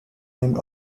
named